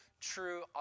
true